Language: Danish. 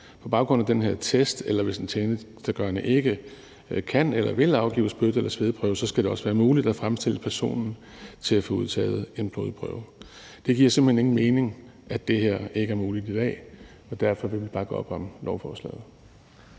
På baggrund af den her test, eller hvis en tjenestegørende ikke kan eller vil afgive spyt- eller svedprøve, skal det også være muligt at fremstille personen til at få udtaget en blodprøve. Det giver simpelt hen ingen mening, at det her ikke er muligt i dag, og derfor vil vi bakke op om lovforslaget.